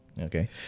okay